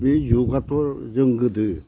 बे जुगाथ' जों गोदो